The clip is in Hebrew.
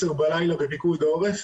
22:00 בלילה בפיקוד העורף,